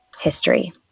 history